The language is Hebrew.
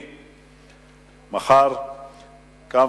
ג'